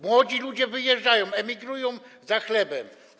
Młodzi ludzie wyjeżdżają, emigrują za chlebem.